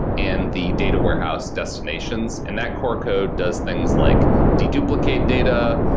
and the data warehouse destinations. and that core code does things like deduplicate data.